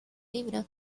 libro